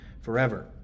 forever